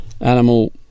animal